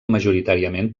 majoritàriament